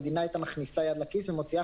המדינה הייתה מכניסה יד לכיס ומוציאה